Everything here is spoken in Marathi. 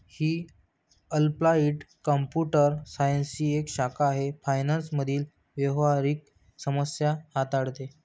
ही अप्लाइड कॉम्प्युटर सायन्सची एक शाखा आहे फायनान्स मधील व्यावहारिक समस्या हाताळते